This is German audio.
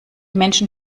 menschen